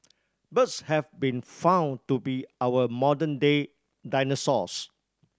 birds have been found to be our modern day dinosaurs